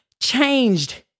changed